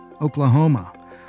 Oklahoma